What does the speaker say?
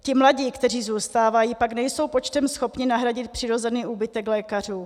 Ti mladí, kteří zůstávají, pak nejsou počtem schopni nahradit přirozený úbytek lékařů.